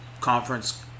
conference